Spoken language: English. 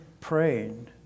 praying